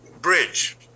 bridge